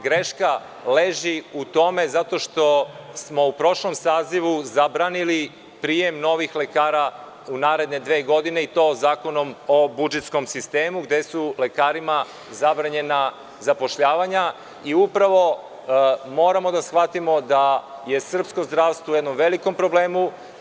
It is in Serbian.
Greška leži u tome zato što smo u prošlom sazivu zabranili prijem novih lekara u naredne dve godine i to Zakonom o budžetskom sistemu, gde su lekarima zabranjena zapošljavanja i moramo da shvatimo da je srpsko zdravstvo u jednom velikom problemu.